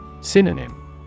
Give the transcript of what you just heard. Synonym